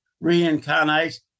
reincarnate